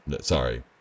sorry